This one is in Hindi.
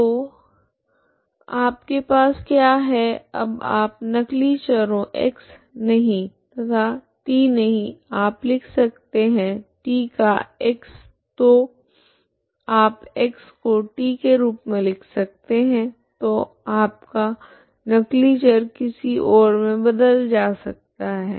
तो आपके पास क्या है अब आप नकली चरों x नहीं तथा t नहीं आप लिख सकते है t का x तो आप x को t के रूप मे लिख सकते है तो आपका नकली चर किसी ओर से बदला जा सकता है